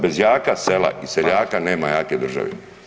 Bez jaka sela i seljaka, nema jake države.